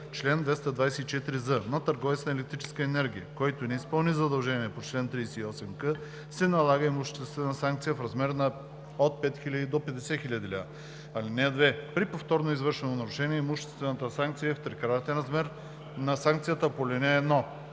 „Чл. 224з. (1) На търговец на електрическа енергия, който не изпълни задължение по чл. 38к, се налага имуществена санкция в размер от 5 000 до 50 000 лв. (2) При повторно извършено нарушение имуществената санкция е в трикратен размер на санкцията по ал.